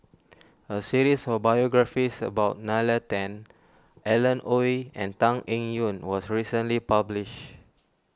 a series of biographies about Nalla Tan Alan Oei and Tan Eng Yoon was recently published